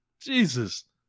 Jesus